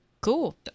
Cool